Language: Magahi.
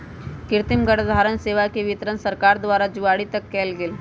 कृतिम गर्भधारण सेवा के वितरण सरकार द्वारा दुआरी तक कएल गेल